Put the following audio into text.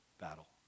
battle